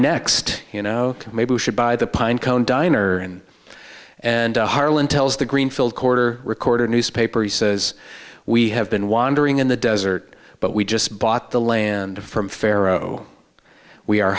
next you know maybe we should buy the pine cone diner and and harlan tells the greenfield quarter recorded newspaper he says we have been wandering in the desert but we just bought the land from faro we are